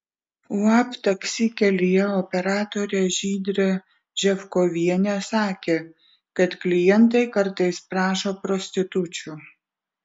uab taksi kelyje operatorė žydrė ževkovienė sakė kad klientai kartais prašo prostitučių